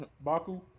Baku